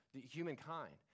humankind